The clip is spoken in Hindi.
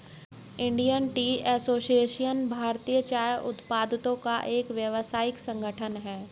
इंडियन टी एसोसिएशन भारतीय चाय उत्पादकों का एक व्यावसायिक संगठन है